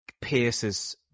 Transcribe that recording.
pierces